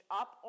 up